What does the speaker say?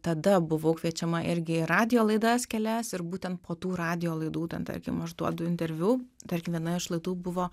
tada buvau kviečiama irgi į radijo laidas kelias ir būtent po tų radijo laidų ten tarkim aš duodu interviu tarkim viena iš laidų buvo